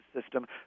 system